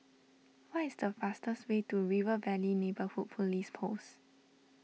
what is the fastest way to River Valley Neighbourhood Police Post